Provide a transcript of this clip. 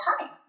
time